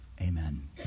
Amen